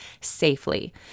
safely